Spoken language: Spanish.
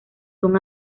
son